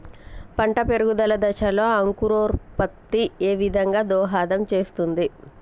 పంట పెరుగుదల దశలో అంకురోత్ఫత్తి ఏ విధంగా దోహదం చేస్తుంది?